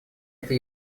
это